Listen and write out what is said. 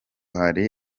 hari